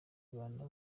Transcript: bana